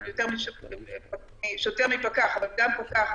שוטר יותר מפקח אבל גם פקח,